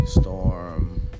Storm